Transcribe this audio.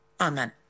amen